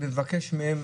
מבקשים מהם